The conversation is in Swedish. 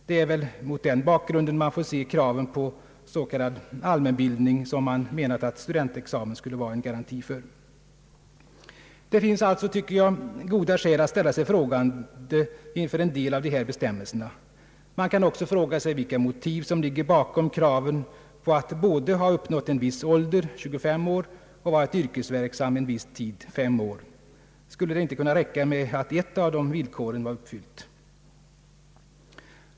Det är väl mot den bakgrunden man får se kraven på s.k. allmänbildning, som man menat att studentexamen skulle vara en garanti för. Det finns alltså, tycker jag, goda skäl att ställa sig frågande inför en del av de här bestämmelserna. Man kan också fråga sig vilka motiv som ligger bakom kraven på att både ha uppnått en viss ålder — 25 år — och ha varit yrkesverksam en viss tid — 5 år. Skulle det inte kunna räcka med att ett av de villkoren var uppfyllt?